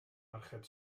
archeb